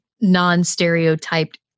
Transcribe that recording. non-stereotyped